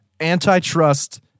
antitrust